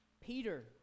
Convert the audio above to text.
Peter